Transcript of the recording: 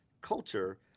culture